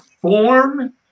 form